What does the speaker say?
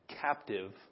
captive